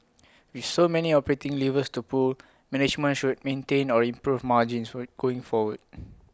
with so many operating levers to pull management should maintain or improve margins will going forward